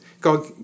God